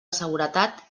seguretat